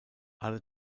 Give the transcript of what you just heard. alle